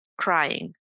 crying